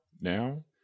now